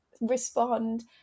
respond